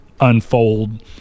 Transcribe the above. unfold